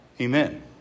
Amen